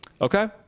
Okay